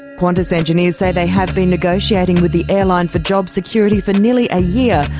qantas engineers say they have been negotiating with the airline for job security for nearly a year,